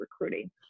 recruiting